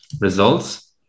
results